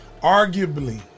arguably